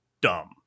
dumb